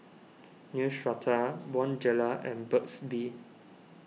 Neostrata Bonjela and Burt's Bee